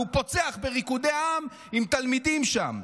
והוא פוצח בריקודי עם עם תלמידים שם.